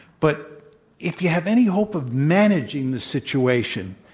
but if you have any hope of managing the situation,